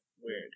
Weird